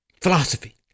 philosophy